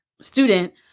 student